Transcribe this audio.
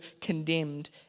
condemned